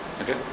okay